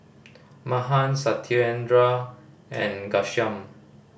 Mahan Satyendra and Ghanshyam